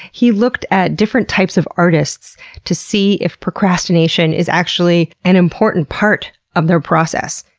he looked at different types of artists to see if procrastination is actually an important part of their process.